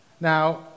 Now